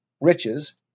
riches